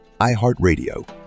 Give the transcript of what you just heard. iHeartRadio